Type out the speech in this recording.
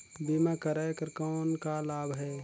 बीमा कराय कर कौन का लाभ है?